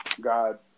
God's